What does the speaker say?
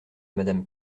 madame